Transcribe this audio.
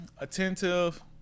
attentive